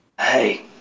hey